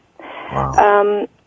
Wow